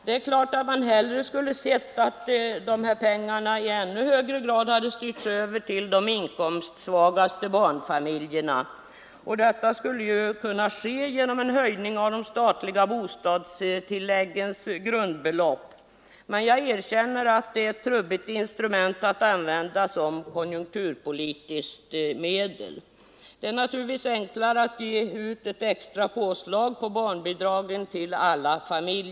Det är klart att man hellre skulle sett att dessa pengar i ännu högre grad styrts över till de inkomstsvagaste barnfamiljerna. Detta skulle kunna ske genom en höjning av de statliga bostadstilläggens grundbelopp. Men jag erkänner att det är ett trubbigt instrument att använda som konjunkturpolitiskt medel. Det är naturligtvis enklare att ge alla familjer ett extra påslag på barnbidragen.